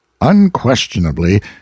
Unquestionably